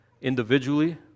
individually